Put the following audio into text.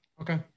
Okay